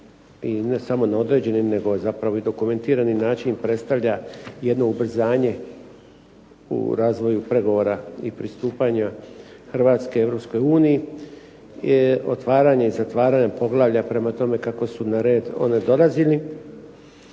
i ne samo na određeni nego zapravo i na dokumentirani način predstavlja jedno ubrzanje u razvoju pregovora i pristupanja Hrvatske Europskoj uniji, otvaranje i zatvaranje poglavlja prema tome kako su na red dolazile.